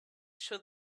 show